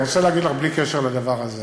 אני רוצה להגיד לך בלי קשר לדבר הזה: